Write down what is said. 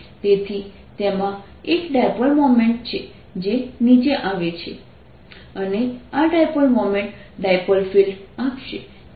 તેથી તેમાં એક ડાયપોલ મોમેન્ટ છે જે નીચે જાય છે અને આ ડાયપોલ મોમેન્ટ ડાયપોલ ફિલ્ડ આપશે